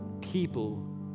people